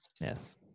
yes